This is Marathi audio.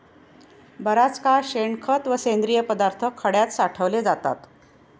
बराच काळ शेणखत व सेंद्रिय पदार्थ खड्यात साठवले जातात